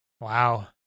wow